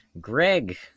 Greg